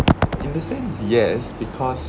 in a sense yes because